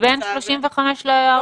בין 35 ל-40.